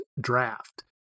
draft